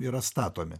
yra statomi